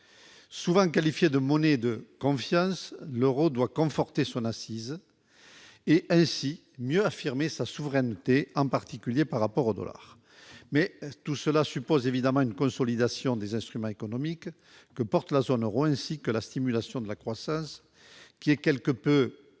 souvent qualifiés de monnaie de confiance : l'Euro doit conforter son assise et ainsi mieux affirmer sa souveraineté en particulier par rapport au dollar mais tout cela suppose évidemment une consolidation des instruments économiques que porte la zone Euro, ainsi que la stimulation de la croissance qui est quelque peu